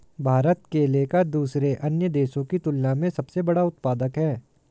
भारत केले का दूसरे अन्य देशों की तुलना में सबसे बड़ा उत्पादक है